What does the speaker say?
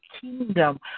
kingdom